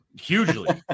Hugely